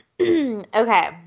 Okay